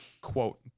quote